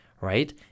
right